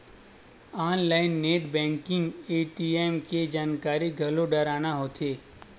online net banking ATM के जानकारी घलो डारना होथे